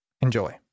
Enjoy